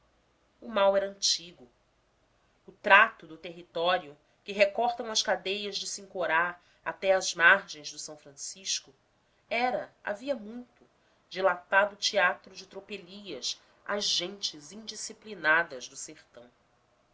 o mal era antigo o trato do território que recortam as cadeias de sincorá até as margens do s francisco era havia muito dilatado teatro de tropelias às gentes indisciplinadas do sertão